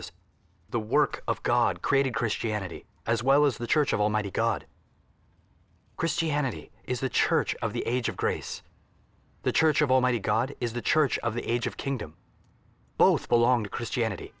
us the work of god created christianity as well as the church of almighty god christianity is the church of the age of grace the church of almighty god is the church of the age of kingdom both belong to christianity